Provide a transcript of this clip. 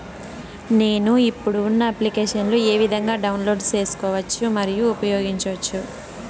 నేను, ఇప్పుడు ఉన్న అప్లికేషన్లు ఏ విధంగా డౌన్లోడ్ సేసుకోవచ్చు మరియు ఉపయోగించొచ్చు?